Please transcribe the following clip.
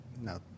No